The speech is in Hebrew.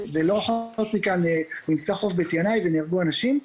ולא רחוק מכאן נמצא חוף בית ינאי ונהרגו אנשים.